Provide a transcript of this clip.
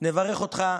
לברך אותך,